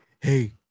hey